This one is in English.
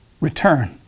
return